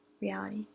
reality